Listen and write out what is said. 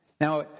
Now